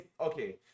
Okay